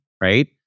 right